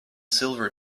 silver